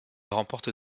remporte